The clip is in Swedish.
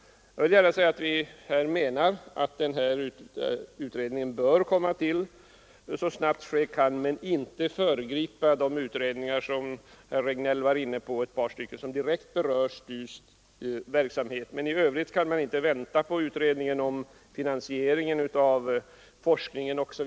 Vi menar alltså att utredningen bör genomföras så snabbt ske kan utan att föregripa de utredningar som herr Regnéll talade om och som direkt berör STU :s verksamhet. Det är inte möjligt att vänta på utredningen om finansieringen av forskningen o. s. v.